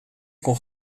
kon